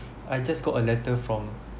I just got a letter from